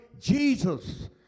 Jesus